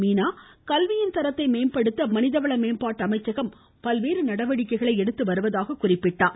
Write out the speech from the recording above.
மீனா கல்வியின் தரத்தை மேம்படுத்த மனித வள மேம்பாட்டு அமைச்சகம் பல்வேறு நடவடிக்கைகளை எடுத்துள்ளதாக குறிப்பிட்டார்